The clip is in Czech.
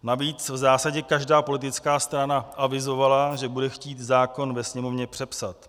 Navíc v zásadě každá politická strana avizovala, že bude chtít zákon ve Sněmovně přepsat.